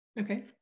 Okay